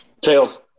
Tails